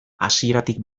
hasieratik